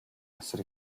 асар